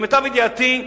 למיטב ידיעתי,